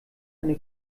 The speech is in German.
eine